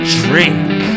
drink